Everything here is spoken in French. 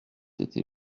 été